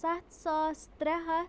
سَتھ ساس ترٛےٚ ہَتھ